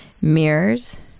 Mirrors